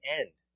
end